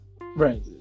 Right